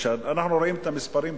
כשאנחנו רואים את המספרים,